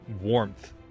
warmth